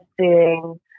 seeing